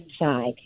inside